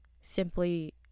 simply